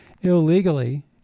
illegally